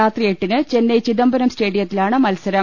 രാത്രി എട്ടിന് ചെന്നൈ ചിദംബരം സ്റ്റേഡിയത്തിലാണ് മത്സരം